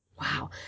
Wow